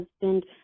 husband